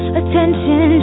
attention